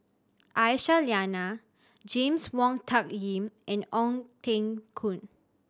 Aisyah Lyana James Wong Tuck Yim and Ong Teng Koon